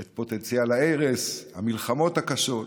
את פוטנציאל ההרס, המלחמות הקשות,